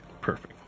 perfect